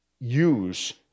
use